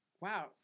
Wow